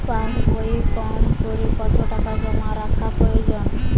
পাশবইয়ে কমকরে কত টাকা জমা রাখা প্রয়োজন?